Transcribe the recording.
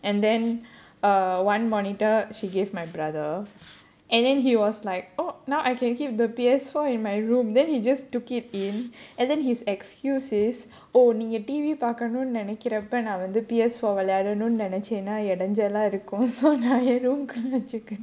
and then uh one monitor she gave my brother and then he was like oh now I can keep the P_S four in my room then he just took it in and then his excuses is oh நீங்க:neenga T_V பார்க்கணும்னு நினைக்கிறப்போ நான் வந்து:paarkkanumnu ninaikrappo naan vandhu P_S four நான் வந்து விளயாடணும்னு நினச்சேனா இடைஞ்சலா இருக்கும்:naan vandhu vilayaadanumnu ninachaenaa idanchalaa irukkum